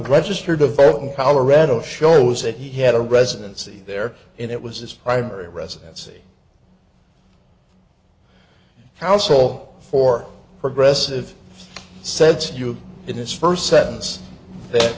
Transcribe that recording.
registered to vote in colorado shows that he had a residency there and it was his primary residency housel for progressive said to you in his first sentence that